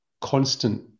constant